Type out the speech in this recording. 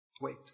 Wait